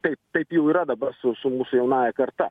taip taip jau yra dabar su su mūsų jaunąja karta